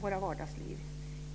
våra vardagsliv.